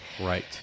right